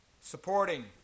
supporting